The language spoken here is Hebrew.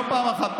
לא פעם אחת,